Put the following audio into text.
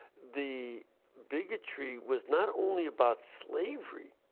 the bigotry was not only about slavery,